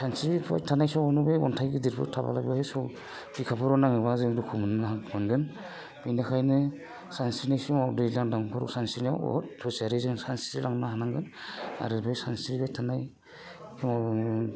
सानस्रिफुबाय थानाय समावनो बे अनथाइ गिदिरफोर थाबालाय बोरै बिखाफोराव नाङोब्ला जों दुखु मोनगोन बिनि थाखायनो सानस्रिनाय समाव दैज्लां दांगुराव सानस्रिनायाव बहुद हुसियारि जों सानस्रि लांनो हानांगोन आरो बे सानस्रिबाय थानाय समाव